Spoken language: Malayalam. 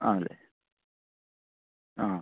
ആണല്ലേ ആ